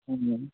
হয়